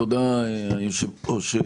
תודה, היושב-ראש.